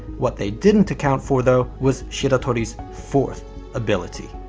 what they didn't account for though was shiratori's fourth ability,